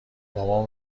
بابام